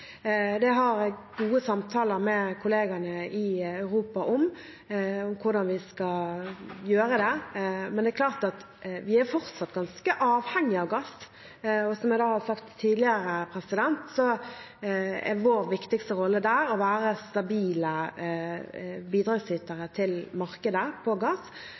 har gode samtaler med kollegaene i Europa om hvordan vi skal gjøre det, men det er klart at de fortsatt er ganske avhengig av gass. Som jeg har sagt tidligere, er vår viktigste rolle der å være en stabil bidragsyter til markedet for gass.